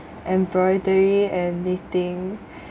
embroidery and knitting